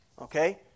Okay